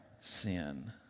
sin